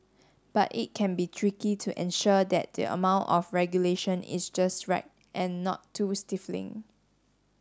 but it can be tricky to ensure that the amount of regulation is just right and not too stifling